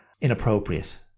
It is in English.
inappropriate